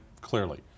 Clearly